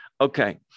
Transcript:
Okay